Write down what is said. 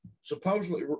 supposedly